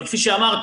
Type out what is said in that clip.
אבל כפי שאמרתי,